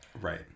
Right